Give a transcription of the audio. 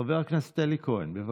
חבר הכנסת אלי כהן, בבקשה.